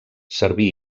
serví